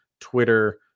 Twitter